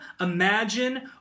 imagine